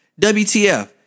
WTF